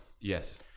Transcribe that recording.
Yes